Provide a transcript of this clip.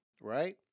Right